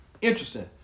interesting